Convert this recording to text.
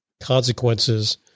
consequences